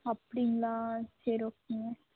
அப்படிங்களா சரி ஓகேங்க